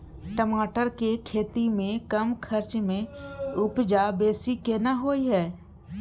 टमाटर के खेती में कम खर्च में उपजा बेसी केना होय है?